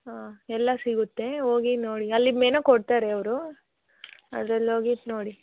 ಹಾಂ ಎಲ್ಲ ಸಿಗುತ್ತೆ ಹೋಗಿ ನೋಡಿ ಅಲ್ಲಿ ಮೆನು ಕೊಡ್ತಾರೆ ಅವರು ಅದ್ರಲ್ಲಿ ಹೋಗಿಟ್ ನೋಡಿ